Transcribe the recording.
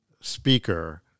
speaker